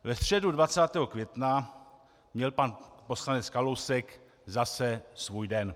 Ve středu 20. května měl pan poslanec Kalousek zase svůj den.